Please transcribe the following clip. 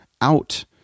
out